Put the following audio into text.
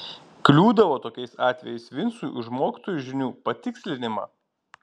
kliūdavo tokiais atvejais vincui už mokytojų žinių patikslinimą